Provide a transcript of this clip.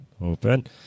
open